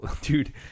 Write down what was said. Dude